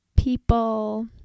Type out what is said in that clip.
people